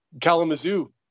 Kalamazoo